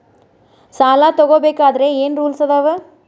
ಸಾಲ ತಗೋ ಬೇಕಾದ್ರೆ ಏನ್ ರೂಲ್ಸ್ ಅದಾವ?